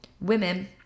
women